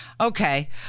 Okay